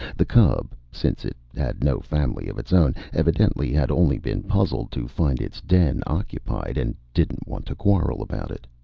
the cub, since it had no family of its own, evidently had only been puzzled to find its den occupied and didn't want to quarrel about it.